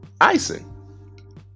icing